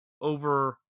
Over